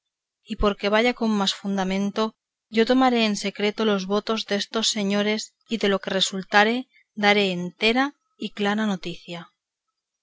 y porque vaya con más fundamento yo tomaré en secreto los votos destos señores y de lo que resultare daré entera y clara noticia